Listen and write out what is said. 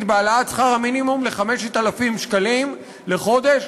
בהעלאת שכר המינימום ל-5,000 שקלים לחודש.